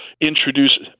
introduce